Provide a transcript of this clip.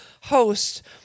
host